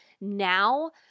Now